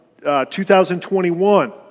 2021